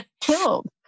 killed